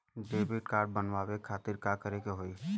Credit card बनवावे खातिर का करे के होई?